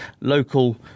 local